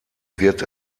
wird